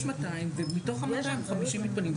יש 200 ומתוך ה-200 - 50 מתפנים.